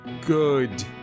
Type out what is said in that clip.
good